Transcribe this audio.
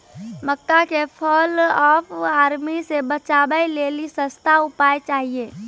मक्का के fall of army से बचाबै लेली सस्ता उपाय चाहिए?